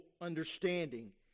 understanding